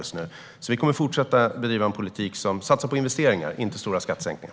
Vi kommer att fortsätta bedriva en politik som satsar på investeringar, inte stora skattesänkningar.